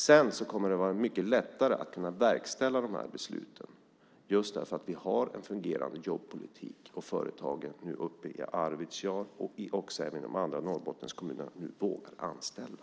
Att sedan verkställa besluten kommer att vara mycket lättare just för att vi har en fungerande jobbpolitik och för att företagen i Arvidsjaur och i de andra Norrbottenskommunerna nu vågar anställa.